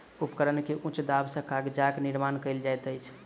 उपकरण के उच्च दाब सॅ कागजक निर्माण कयल जाइत अछि